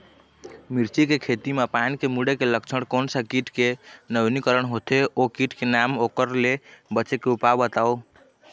मिर्ची के खेती मा पान के मुड़े के लक्षण कोन सा कीट के नवीनीकरण होथे ओ कीट के नाम ओकर ले बचे के उपाय बताओ?